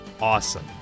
awesome